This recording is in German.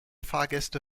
fahrgäste